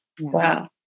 Wow